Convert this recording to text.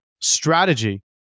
strategy